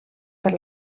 per